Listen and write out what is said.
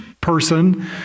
person